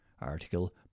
Article